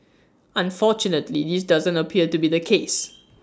unfortunately this doesn't appear to be the case